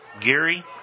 Geary